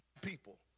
people